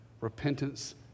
Repentance